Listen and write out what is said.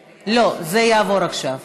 לא, זה יעבור עכשיו.